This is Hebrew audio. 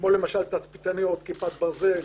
כמו למשל תצפיתניות, מערך כיפת ברזל,